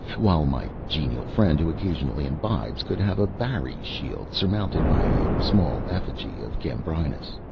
while my genial friend who occasionally imbibes could have a barry shield surmounted by a small effigy of gambrinus.